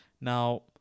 Now